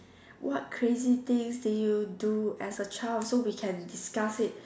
what crazy things did you do as a child so we can discuss it